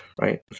right